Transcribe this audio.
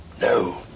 No